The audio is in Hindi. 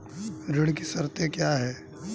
ऋण की शर्तें क्या हैं?